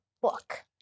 book